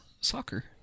soccer